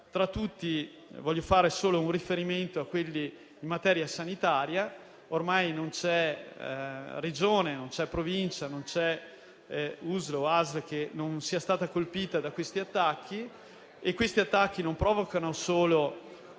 Tra tutti voglio fare solo un riferimento a quelli in materia sanitaria: ormai non c'è Regione, non c'è Provincia, non c'è USL o ASL che non sia stata colpita da questi attacchi che non provocano solo